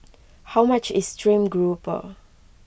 how much is Stream Grouper